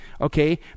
okay